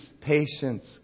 patience